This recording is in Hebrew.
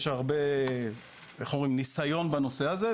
יש הרבה ניסיון בנושא הזה,